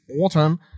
autumn